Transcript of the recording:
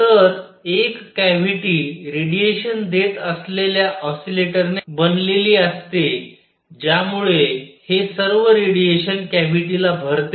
तर एक cavity radiation देत असलेल्या ऑसीलेटरने बनलेली असते ज्यामुळे हे सर्व रेडिएशन कॅव्हिटी ला भरते